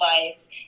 device